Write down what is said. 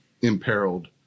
imperiled